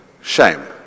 shame